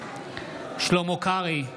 שלמה קרעי,